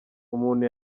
umuntu